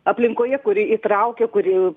aplinkoje kuri įtraukia kuri